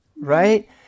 right